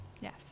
yes